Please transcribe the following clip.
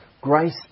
Grace